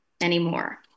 anymore